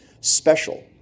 special